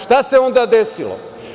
Šta se onda desilo?